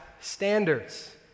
standards